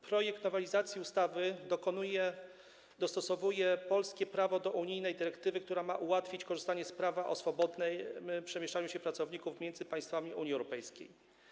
Projekt nowelizacji ustawy dostosowuje polskie prawo do unijnej dyrektywy, która ma ułatwić korzystanie z prawa do swobodnego przemieszczania się pracowników między państwami Unii Europejskiej.